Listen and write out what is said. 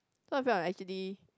not bad lah actually